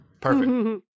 Perfect